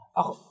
ako